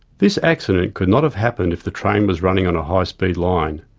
this accident could not have happened if the train was running on a high speed line,